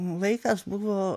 laikas buvo